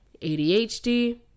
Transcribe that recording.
ADHD